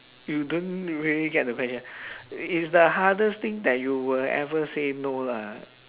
you don't really get the question it's the hardest thing that you will ever say no lah